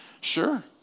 sure